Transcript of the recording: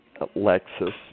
Lexus